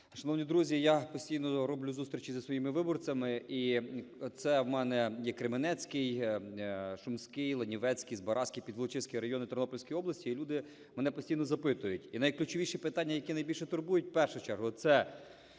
Шановні друзі, я постійно роблю зустрічі зі своїми виборцями, і це в мене є Кременецький, Шумський, Лановецький, Збаразький, Підволочиський райони Тернопільської області. І люди мене постійно запитують, і найключовіші питання, які найбільше турбують в першу чергу – це